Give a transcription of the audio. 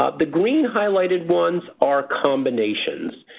ah the green highlighted ones are combinations,